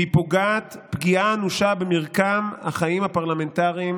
והיא פוגעת פגיעה אנושה במרקם החיים הפרלמנטריים